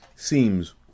Seems